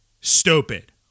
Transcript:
Stupid